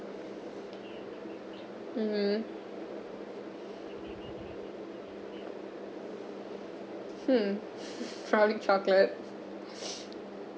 mmhmm hmm probably chocolate